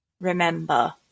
remember